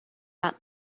out